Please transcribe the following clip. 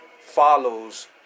follows